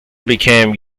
became